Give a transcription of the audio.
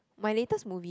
my latest movie ah